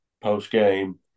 post-game